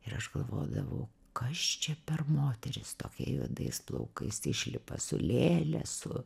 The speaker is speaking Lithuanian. ir aš galvodavau kas čia per moteris tokia juodais plaukais išlipa su lėle su